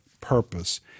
purpose